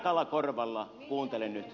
tarkalla korvalla kuuntelen nyt